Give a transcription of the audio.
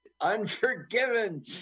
Unforgiven